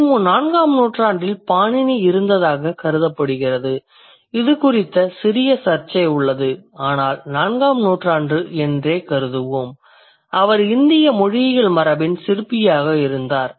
கிமு 4 ஆம் நூற்றாண்டில் பாணினி இருந்ததாக கருதப்படுகிறது இது குறித்த சிறிய சர்ச்சை உள்ளது ஆனால் 4ஆம் நூற்றாண்டு என்றே கருதுவோம் அவர் இந்திய மொழியியல் மரபின் சிற்பியாக இருந்தார்